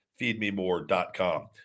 FeedMeMore.com